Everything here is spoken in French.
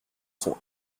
son